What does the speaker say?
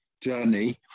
journey